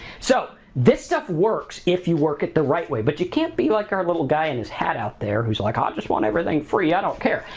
so, this stuff works if you work it the right way but you can't be like our little guy in this hat out there who's like, ah i just want everything free, i don't care.